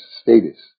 status